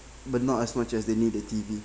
but not as much as they knew the T_V